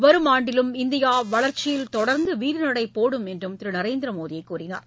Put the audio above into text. வரும் ஆண்டிலும் இந்தியா வளர்ச்சியில் தொடர்ந்து வீறு நடைபோடும் என்றும் திரு நரேந்திர மோடி கூறினார்